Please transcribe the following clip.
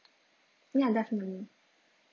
ya definitely